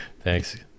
Thanks